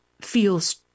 feels